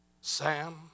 Sam